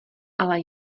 ale